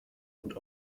und